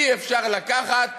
אי אפשר לקחת ולהגיד: